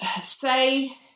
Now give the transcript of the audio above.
say